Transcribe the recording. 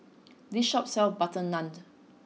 this shop sells butter naan